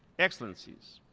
excellencies,